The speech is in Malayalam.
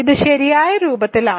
ഇത് ശരിയായ രൂപത്തിലാണ്